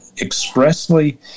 expressly